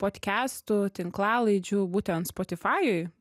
podkestų tinklalaidžių būtent spotifajuj